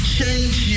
change